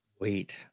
Wait